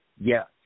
Yes